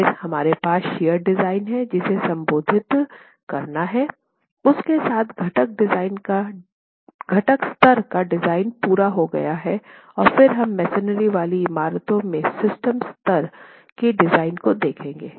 फिर हमारे पास शियर डिज़ाइन है जिसे संबोधित करना है उस के साथ घटक स्तर का डिज़ाइन पूरा हो गया है और फिर हम मसोनरी वाली इमारतों में सिस्टम स्तर के डिज़ाइन को देखेंगे